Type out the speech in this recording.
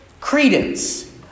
credence